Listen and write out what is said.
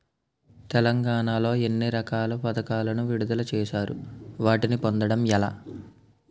తెలంగాణ లో ఎన్ని రకాల పథకాలను విడుదల చేశారు? వాటిని పొందడం ఎలా?